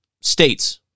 states